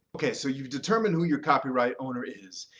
ok, so you've determined who your copyright owner is.